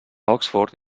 oxford